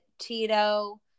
Tito